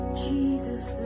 jesus